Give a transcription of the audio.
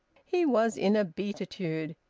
he was in a beatitude,